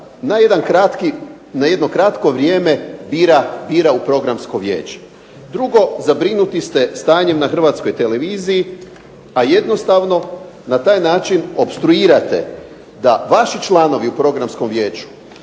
na jedan kratko vrijeme bira u Programsko vijeće. Drugo, zabrinuti ste stanjem na Hrvatskoj televiziji, pa jednostavno na taj način opstruirate da vaši članovi u Programskom vijeću